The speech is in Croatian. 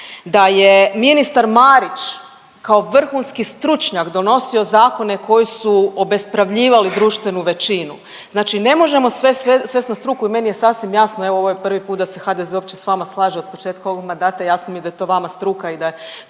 da je ministar Marić kao vrhunski stručnjak donosio zakone koji su obespravljivali društvenu većinu. Znači ne možemo sve svest na struku, meni je sasvim jasno. Evo ovo je prvi put da se HDZ uopće sa vama slaže od početka ovog mandata, jasno mi je da je to vama struka i da je